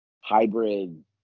hybrid